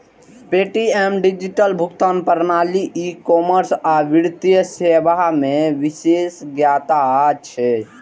Paytm के digital भुगतान प्रणाली, ई कॉमर्स आ वित्तीय सेवा मे विशेषज्ञता छै